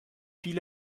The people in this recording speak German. viel